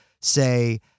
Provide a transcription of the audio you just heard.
say